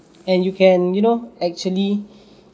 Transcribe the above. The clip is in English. and you can you know actually